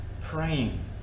praying